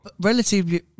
Relatively